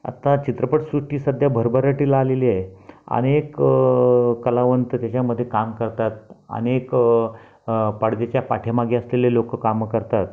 आता चित्रपटसृष्टी सद्या भरभराटीला आलेली आहे अनेक कलावंत त्याच्यामध्ये काम करतात अनेक पडद्याच्या पाठीमागे असलेले लोकं कामं करतात